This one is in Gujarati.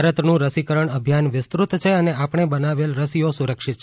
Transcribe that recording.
ભારતનું રસીકરણ અભિયાન વિસ્તૃત છે અને આપણે બનાવેલ રસીઓ સુરક્ષિત છે